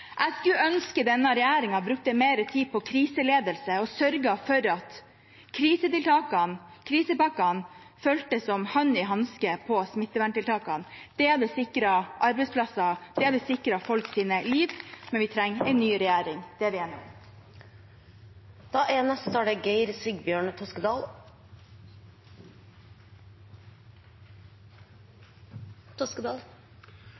Jeg skulle ønske denne regjeringen brukte mer tid på kriseledelse og sørget for at krisetiltakene – krisepakkene – fulgte smitteverntiltakene som hånd i hanske. Det hadde sikret arbeidsplasser, det hadde sikret folks liv. Men vi trenger en ny regjering, det er vi enige om. Jeg er